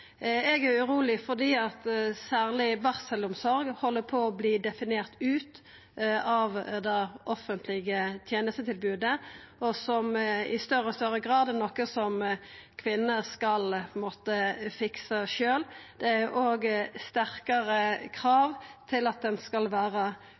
Eg er uroleg fordi særleg barselomsorg held på å verta definert ut av det offentlege tenestetilbodet og i større og større grad er noko som kvinner skal måtta fiksa sjølve. Det er òg sterkare krav til at ein skal vera flinkare og